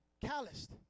calloused